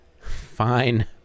fine